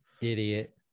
Idiot